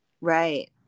right